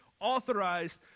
Authorized